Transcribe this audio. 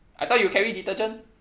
I thought you carry detergent